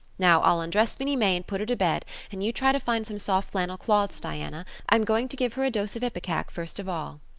now, i'll undress minnie may and put her to bed and you try to find some soft flannel cloths, diana. i'm going to give her a dose of ipecac first of all.